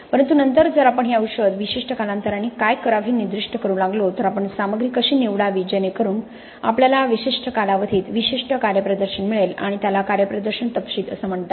परंतु नंतर जर आपण हे औषध विशिष्ट कालांतराने काय करावे हे निर्दिष्ट करू लागलो तर आपण सामग्री कशी निवडावी जेणेकरून आपल्याला विशिष्ट कालावधीत विशिष्ट कार्यप्रदर्शन मिळेल आणि त्याला कार्यप्रदर्शन तपशील म्हणतात